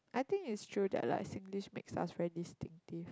I think it's true that like Singlish makes us very distinctive